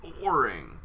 boring